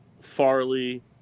Farley